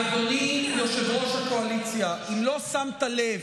אדוני יושב-ראש הקואליציה, אם לא שמת לב,